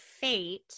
fate